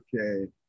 Okay